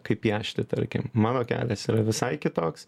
kaip piešti tarkim mano kelias yra visai kitoks